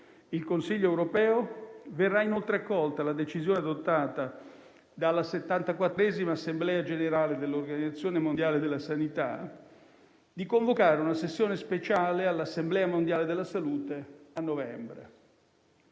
il Consiglio europeo verrà inoltre accolta la decisione, adottata dalla settantaquattresima Assemblea generale dell'Organizzazione mondiale della sanità, di convocare una sessione speciale dell'Assemblea mondiale della salute a novembre.